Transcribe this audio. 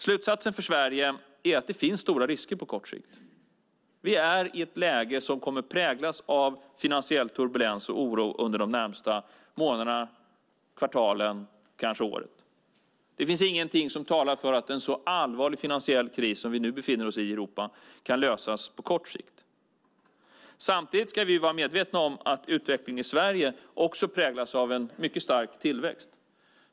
Slutsatsen för Sverige är att det finns stora risker på kort sikt. Vi är i ett läge som kommer att präglas av finansiell turbulens och oro under de närmaste månaderna, kvartalen, kanske året. Det finns ingenting som talar för att en så allvarlig finansiell kris som Europa nu befinner sig i kan lösas på kort sikt. Samtidigt ska vi vara medvetna om att utvecklingen i Sverige också präglas av en mycket stark tillväxt.